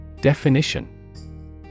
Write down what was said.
Definition